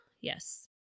Yes